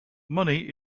money